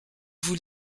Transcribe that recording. vous